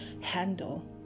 handle